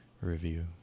review